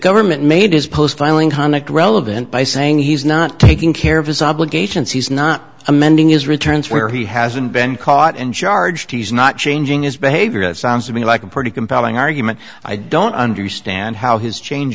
government made his post filing conic relevant by saying he's not taking care of his obligations he's not amending is returns where he hasn't been caught and charged he's not changing his behavior it sounds to me like a pretty compelling argument i don't understand how his change